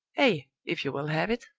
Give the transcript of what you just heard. a if you will have it!